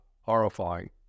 horrifying